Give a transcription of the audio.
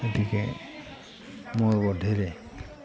গতিকে মোৰ বোধেৰে